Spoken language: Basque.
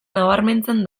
nabarmentzen